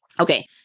Okay